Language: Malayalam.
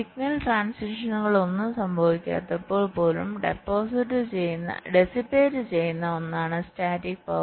സിഗ്നൽ ട്രാന്സിഷനുകളൊന്നും സംഭവിക്കാത്തപ്പോൾ പോലും ഡെസിപ്പേറ്റ് ചെയ്യുന്ന ഒന്നാണ് സ്റ്റാറ്റിക് പവർ